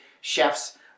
Chefs